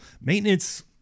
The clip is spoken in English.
maintenance